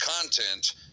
content